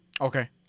Okay